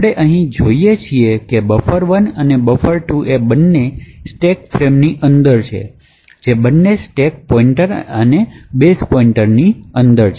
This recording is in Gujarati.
આપણે અહીં જે જોઈએ છીએ તે છે કે buffer1 અને buffer1 2 એ બંને સ્ટેક ફ્રેમની અંદર છે જે બંને સ્ટેક પોઇન્ટર અને બેઝ પોઇન્ટરની અંદર છે